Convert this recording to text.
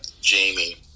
Jamie